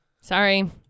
Sorry